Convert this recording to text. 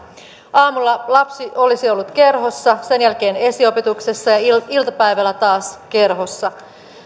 aamulla lapsi olisi ollut kerhossa sen jälkeen esiopetuksessa ja iltapäivällä taas kerhossa